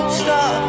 stop